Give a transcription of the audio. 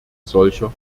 solcher